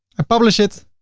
i publish it.